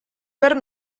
per